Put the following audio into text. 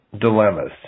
dilemmas